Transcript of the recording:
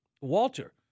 Walter